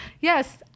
yes